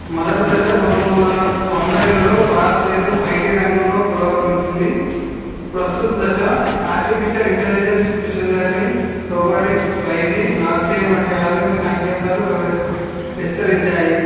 మొదటి దశ పంతొమ్మిది వందల తొంభైలలో భారతదేశం ఐ టీ రంగంలో పురోగమించింది ప్రస్తుత దశ artificial intelligence machine learning robotics five G blockchain వంటి ఆధునిక సాంకేతాలు విస్తరించాయి